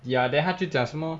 ya then 他就讲什么